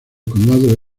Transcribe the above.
condado